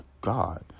God